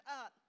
up